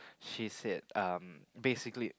she said um basically